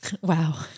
Wow